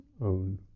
own